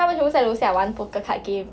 他们全部在楼下玩 poker card game